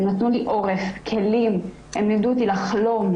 ונתנו לי עורף, כלים, הם לימדו אותי לחלום.